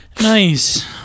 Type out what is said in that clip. nice